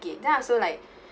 then I also like